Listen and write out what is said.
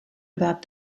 about